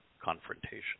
confrontation